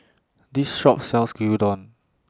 These shops sells Gyudon